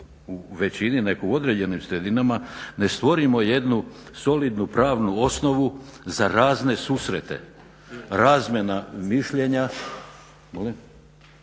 u većini nego u određenim sredinama ne stvorimo jednu solidnu pravnu osnovu za razne susrete, razmjena mišljenja